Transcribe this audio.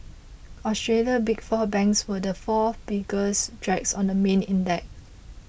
Australia's Big Four banks were the four biggest drags on the main index